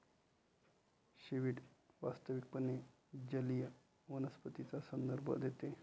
seaweed वास्तविकपणे जलीय वनस्पतींचा संदर्भ देते